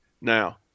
Now